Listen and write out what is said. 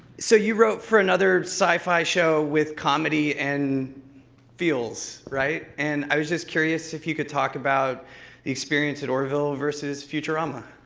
so you wrote for another sci-fi show with comedy and feels, right? and i was just curious if you could talk about the experience at orville versus futurama.